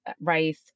Rice